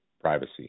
privacy